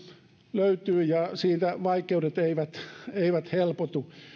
löytyy ja siitä vaikeudet eivät eivät helpotu